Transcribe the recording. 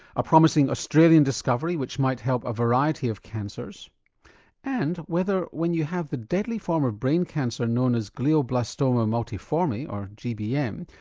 a promising australian discovery which might help a variety of cancers and whether, when you have the deadly form of brain cancer known as glioblastoma multiforme, or gbm,